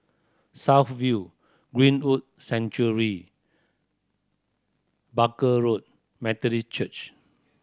South View Greenwood Barker Road Methodist Church